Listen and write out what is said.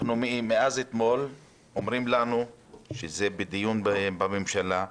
מאז אתמול אומרים לנו שזה בדיון בממשלה.